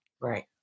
Right